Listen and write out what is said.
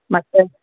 ಮತ್ತೆ